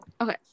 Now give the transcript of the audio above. Okay